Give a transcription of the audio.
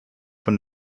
von